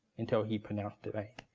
until he pronounced it right.